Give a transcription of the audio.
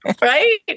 Right